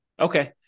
Okay